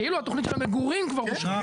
כאילו התכנית של המגורים כבר אושרה.